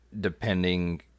depending